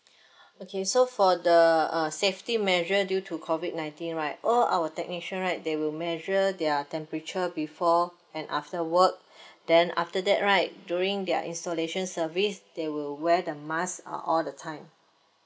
okay so for the uh safety measure due to COVID nineteen right all our technician right they will measure their temperature before and after work then after that right during their installation service they will wear the masks uh all the time